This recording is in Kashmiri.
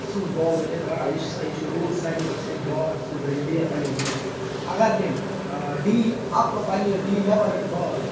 اَتھَس مَنٛز بال رٔٹِتھ بَرابَر یہِ چھِ سۄ یہِ چھِ روٗل سارنٕے پاے سُہ ہیٚکہِ بال اَتھَس مَنٛز رٔٹِتھ ڈی یَس پَننِس ڈی یَس مَنٛز اَگَر تٔمۍ ڈی پَننہِ ڈی نٮ۪بر رٔٹۍ بال